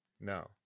No